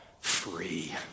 free